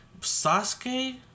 Sasuke